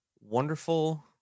wonderful